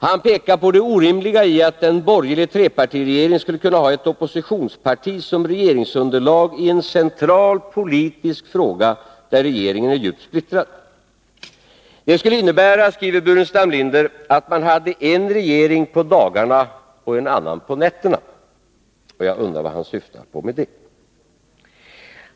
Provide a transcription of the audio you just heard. Han pekar på det orimliga i att en borgerlig trepartiregering skulle kunna ha ett oppositionsparti som regeringsunderlag i en central politisk fråga, där regeringen är djupt splittrad. Det skulle innebära, skriver Staffan Burenstam Linder, ”att man hade en regering på dagarna och en annan på nätterna”. Och jag undrar vad han syftar på med det.